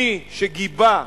מי שגיבה ועושה,